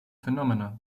phenomena